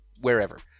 wherever